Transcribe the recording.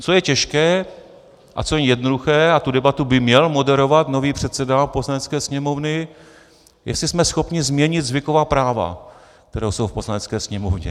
Co je těžké a co není jednoduché, a tu debatu by měl moderovat nový předseda Poslanecké sněmovny, jestli jsme schopni změnit zvyková práva, která jsou v Poslanecké sněmovně.